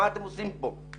מה אתם עושים פה,